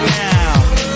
now